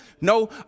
No